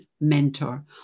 mentor